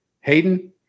Hayden